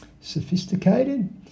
sophisticated